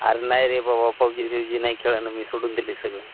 R नाही रे बाबा पबजी फिबजी नाही खेळणं मी सोडून दिली सगळं